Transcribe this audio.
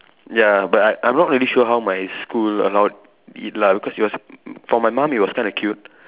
ya but I I'm not really sure how my school allowed it lah because it was for my mom it was kind of cute